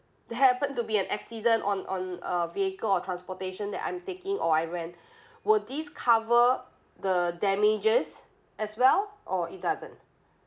there happen to be an accident on on uh vehicle or transportation that I'm taking or I rent would this cover the damages as well or it doesn't